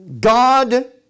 God